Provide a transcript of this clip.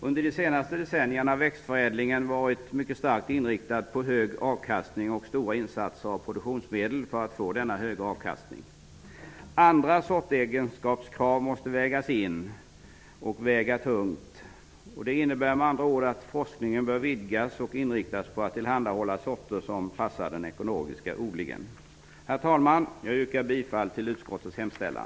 Under de senaste decennierna har växtförädlingen varit mycket starkt inriktad på hög avkastning och stora insatser på produktionsmedel för att få denna höga avkastning. Andra sortegenskaper måste vägas in och väga tungt. Det innebär med andra ord att forskningen bör vidgas och inriktas på att tillhandahålla sorter som passar den ekologiska odlingen. Herr talman! Jag yrkar bifall till utskottets hemställan.